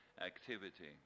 activity